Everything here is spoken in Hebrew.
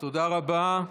תודה רבה.